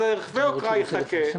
אז הצו